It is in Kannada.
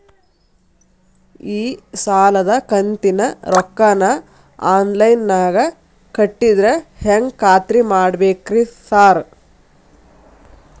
ಈ ಸಾಲದ ಕಂತಿನ ರೊಕ್ಕನಾ ಆನ್ಲೈನ್ ನಾಗ ಕಟ್ಟಿದ್ರ ಹೆಂಗ್ ಖಾತ್ರಿ ಮಾಡ್ಬೇಕ್ರಿ ಸಾರ್?